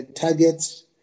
targets